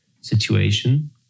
situation